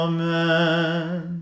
Amen